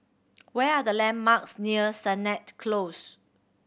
where are the landmarks near Sennett Close